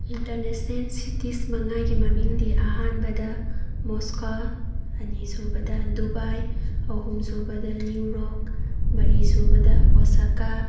international cities ꯃꯉꯥꯒꯤ ꯃꯃꯤꯡꯗꯤ ꯑꯍꯥꯟꯕꯗ ꯃꯣꯁꯀꯣꯋꯥ ꯑꯅꯤꯁꯨꯕꯗ ꯗꯨꯕꯥꯏ ꯑꯍꯨꯝꯁꯨꯕꯗ ꯅ꯭ꯤꯎꯔꯣꯛ ꯃꯔꯤꯁꯨꯕꯗ ꯑꯣꯁꯀꯥ